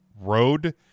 road